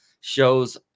shows